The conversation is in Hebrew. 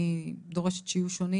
אני דורשת שיהיו שונים,